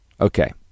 Okay